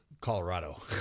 Colorado